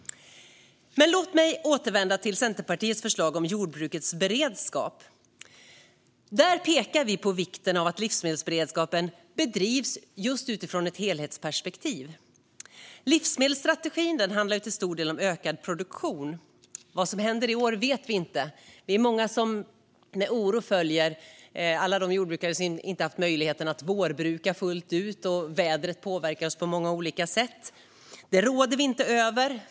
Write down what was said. Låt mig återvända till Centerpartiets förslag om jordbrukets beredskap. Här pekar vi på vikten av att livsmedelsberedskapen bedrivs utifrån just ett helhetsperspektiv. Livsmedelsstrategin handlar till stor del om ökad produktion. Vad som händer i år vet vi inte, men vi är många som med oro följer alla de jordbrukare som inte har haft möjlighet att vårbruka fullt ut. Vädret påverkar oss på många sätt, och det råder vi inte över.